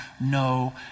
no